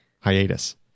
hiatus